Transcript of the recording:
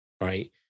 right